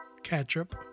ketchup